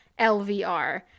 LVR